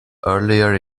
earlier